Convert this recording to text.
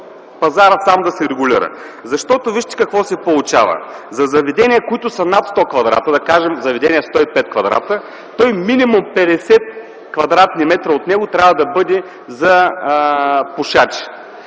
пазарът сам да се регулира. Защото, вижте какво се получава! За заведения, които са над 100 кв. м, да кажем заведения 105 кв. м, то минимум 50 кв. м от тях трябва да бъдат за пушачи,